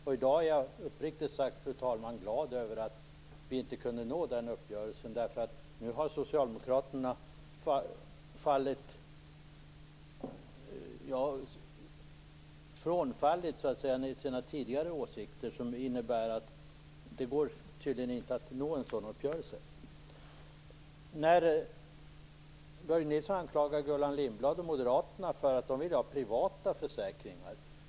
I dag är jag uppriktigt sagt, fru talman, glad över att vi inte kunde nå den uppgörelsen. Nu har ju socialdemokraterna gått ifrån sina tidigare åsikter. Det innebär att det tydligen inte går att nå en sådan uppgörelse. Börje Nilsson anklagar Gullan Lindblad och moderaterna för att de vill ha privata försäkringar.